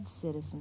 citizen